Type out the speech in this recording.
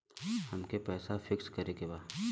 अमके पैसा फिक्स करे के बा?